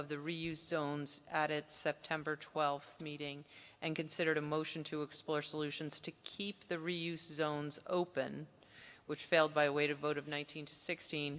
of the reuse zones at it september twelfth meeting and considered a motion to explore solutions to keep the reuse zones open which failed by way to vote of one nine hundred sixteen